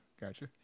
gotcha